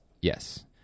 yes